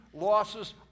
losses